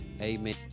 amen